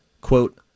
Quote